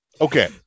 Okay